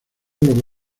los